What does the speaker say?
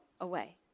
away